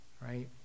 right